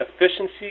efficiency